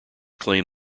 claim